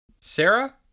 Sarah